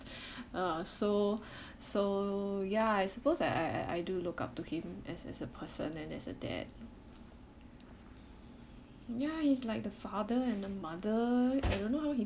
uh so so ya I suppose I I I do look up to him as as a person and as a dad ya he's like the father and the mother I don't know how he